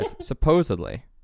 supposedly